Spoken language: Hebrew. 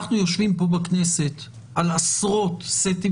אנחנו יושבים פה בכנסת על עשרות סטים